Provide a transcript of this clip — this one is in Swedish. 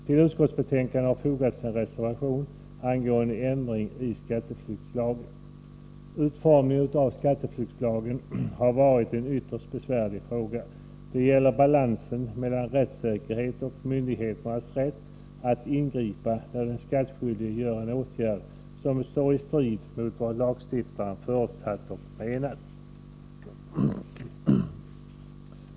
Till utskottsbetänkandet har fogats en reservation angående ändring i skatteflyktslagen. Utformningen av skatteflyktslagen har varit en ytterst besvärlig fråga. Det gäller balansen mellan rättssäkerhet och myndigheternas rätt att ingripa när den skattskyldige vidtar en åtgärd som står i strid mot vad lagstiftaren förutsatt och menat.